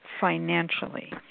financially